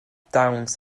dawns